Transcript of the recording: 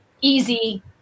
easy